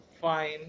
fine